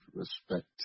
respect